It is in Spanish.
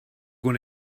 con